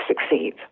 succeed